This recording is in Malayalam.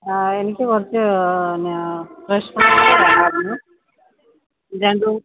എനിക്ക് കുറച്ച് അ പിന്നെ ഫ്രഷ് ഫ്ലവറ് വേണമായിരുന്നു രണ്ടു മൂന്ന്